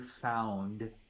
found